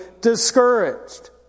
discouraged